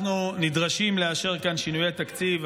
אנחנו נדרשים לאשר כאן שינויי תקציב,